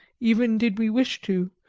even did we wish to,